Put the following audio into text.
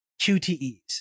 QTEs